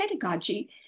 pedagogy